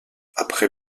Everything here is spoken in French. après